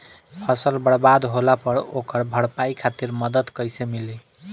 फसल बर्बाद होला पर ओकर भरपाई खातिर मदद कइसे मिली?